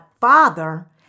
father